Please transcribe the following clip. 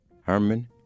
Herman